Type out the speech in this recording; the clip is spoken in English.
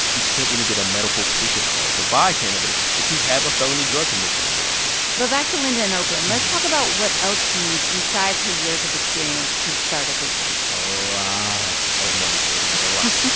you can't even get a medical patient card to buy cannabis if you have a felony drug conviction on your record but back to linda in oakland. let's talk about what else she needs besides her years of experience to start a business lots of money, shereen, like a lot.